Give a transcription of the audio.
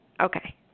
Okay